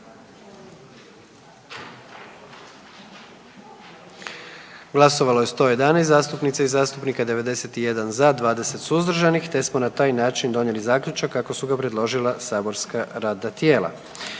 Glasovalo je 108 zastupnica i zastupnika, 101 za, 7 suzdržanih, tako da je donesen Zaključak kako su ga predložila saborska radna tijela.